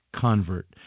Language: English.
convert